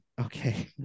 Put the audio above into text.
Okay